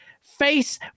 face